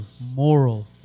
moral